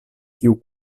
kiu